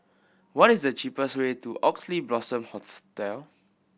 what is the cheapest way to Oxley Blossom